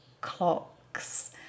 clocks